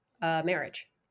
marriage